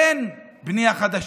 אין בנייה חדשה,